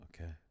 okay